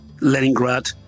Leningrad